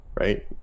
Right